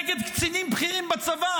נגד קצינים בכירים בצבא,